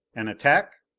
an attack?